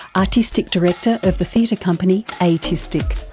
artistic director of the theatre company a tistic.